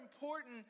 important